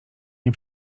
nie